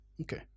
Okay